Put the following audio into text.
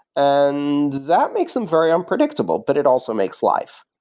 and that makes them very unpredictable, but it also makes life.